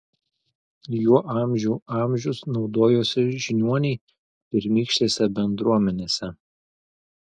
juo amžių amžius naudojosi žiniuoniai pirmykštėse bendruomenėse